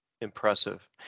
Impressive